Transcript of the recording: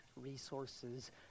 resources